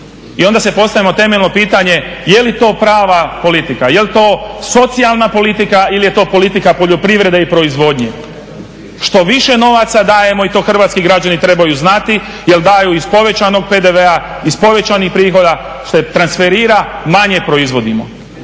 I onda se postavilo temeljno pitanje je li to prava politika, je li to socijalna politika ili je to politika poljoprivrede i proizvodnje? Što više novaca dajemo i to hrvatski građani trebaju znati jel daju iz povećanog PDV-a iz povećanih prihoda … transferira, manje proizvodimo.